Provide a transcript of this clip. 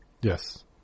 Yes